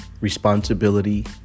responsibility